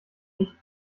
nicht